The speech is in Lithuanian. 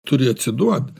turi atsiduot